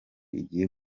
igiye